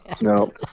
No